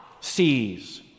sees